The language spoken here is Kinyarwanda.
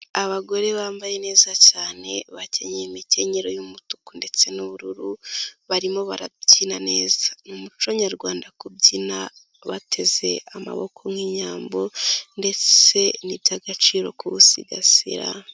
Abagore bambaye neza cyane bakenyeye imikenyero y'umutuku ndetse n'ubururu barimo barabyina neza, ni umuco nyarwanda kubyina bateze amaboko nk'inyambo ndetse n'iby'agaciro kuwusigasira.